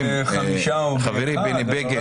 אלה המספרים, חברי בני בגין.